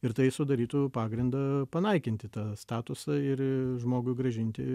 ir tai sudarytų pagrindą panaikinti tą statusą ir žmogui grąžinti